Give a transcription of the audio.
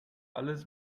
alles